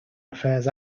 affairs